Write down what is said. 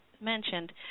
mentioned